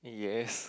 yes